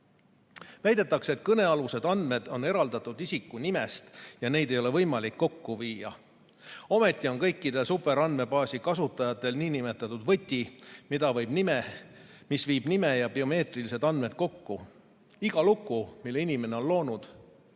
Väidetakse, et kõnealused andmed on eraldatud isiku nimest ja neid ei ole võimalik kokku viia. Ometi on kõikidel superandmebaasi kasutajatel nn võti, mis viib nime ja biomeetrilised andmed kokku. Igat lukku, mille inimene on loonud,